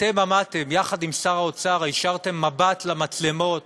אתם עמדתם יחד עם שר האוצר, הישרתם מבט למצלמות